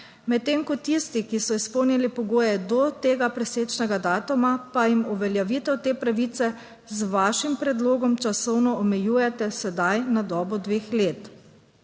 medtem ko tisti, ki so izpolnili pogoje do tega presečnega datuma, pa jim uveljavitev te pravice z vašim predlogom časovno omejujete sedaj na dobo dveh let.